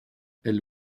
elle